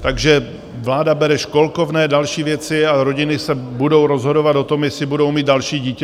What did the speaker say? Takže vláda bere školkovné, další věci a rodiny se budou rozhodovat o tom, jestli budou mít další dítě.